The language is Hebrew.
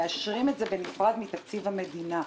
מאשרים את זה בנפרד מתקציב המדינה,